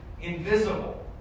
invisible